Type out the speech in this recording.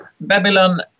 Babylon